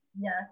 Yes